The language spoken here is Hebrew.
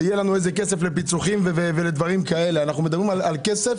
על כך שיהיה לנו כסף לפיצוחים ולדברים כאלה אלא אנחנו מדברים על כסף